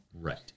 right